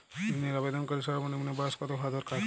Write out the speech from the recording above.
ঋণের আবেদনকারী সর্বনিন্ম বয়স কতো হওয়া দরকার?